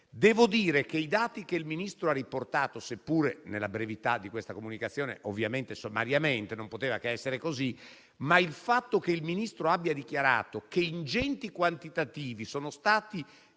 Devo dire che i dati che il Ministro ha riportato, seppure nella brevità di questa comunicazione - ovviamente sommariamente, e non poteva che essere così - ovvero il fatto che il Ministro abbia dichiarato che ingenti quantitativi sono stati